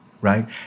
right